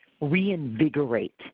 reinvigorate